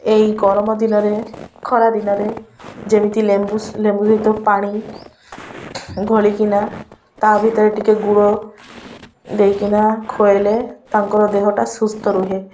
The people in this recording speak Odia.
ଏଇ ଗରମ ଦିନରେ ଖରା ଦିନରେ ଯେମିତି ଲେମ୍ବୁ ଲେମ୍ବୁ ସହିତ ପାଣି ଘଳିକିନା ତା ଭିତରେ ଟିକେ ଗୁଡ଼ ଦେଇକିନା ଖୁଆଇଲେ ତାଙ୍କର ଦେହଟା ସୁସ୍ଥ ରୁହେ